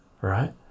right